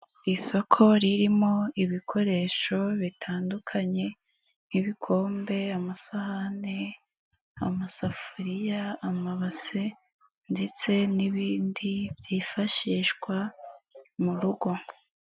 Isoko ririmo ibikoresho bitandukanye nk'ibikombe, amasahani, amasafuriya, amabase ndetse n'ibindi byifashishwa, mu rugo.